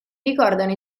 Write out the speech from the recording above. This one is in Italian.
ricordano